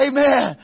Amen